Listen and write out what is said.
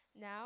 Now